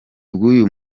bw’uyu